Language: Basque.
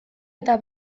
eta